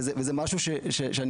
זה משהו שרואים,